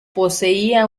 poseía